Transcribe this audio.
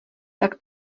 tak